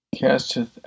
casteth